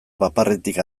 paparretik